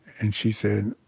and she said,